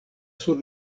sur